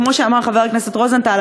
וכמו שאמר חבר הכנסת רוזנטל,